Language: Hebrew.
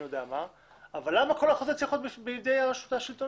אבל למה כל החוזה צריך להיות בידי הרשות השלטונית?